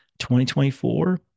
2024